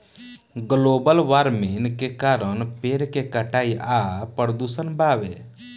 global warming के कारण पेड़ के कटाई आ प्रदूषण बावे